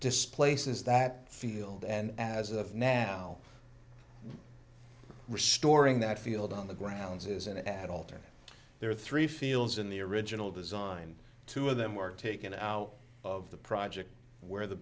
displaces that field and as of now restoring that field on the grounds as an adult there are three fields in the original design two of them were taken out of the project where the